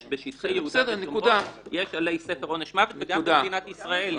יש בשטחי יהודה ושומרון עלי ספר עונש מוות וגם במדינת ישראל יש.